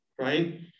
right